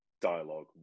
dialogue